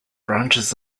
branches